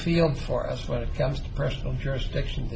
field for us when it comes to personal jurisdiction